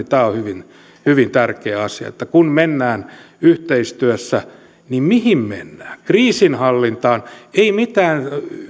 tämä on hyvin hyvin tärkeä asia kun mennään yhteistyössä että mihin mennään kriisinhallintaan ei mitään